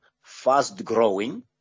fast-growing